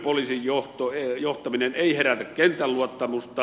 nykyinen poliisin johtaminen ei herätä kentän luottamusta